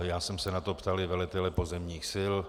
Já jsem se na to ptal i velitele pozemních sil.